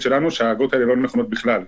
שלנו שהאגרות האלו לא נכונות בכלל.